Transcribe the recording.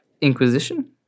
Inquisition